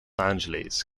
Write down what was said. angeles